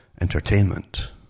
entertainment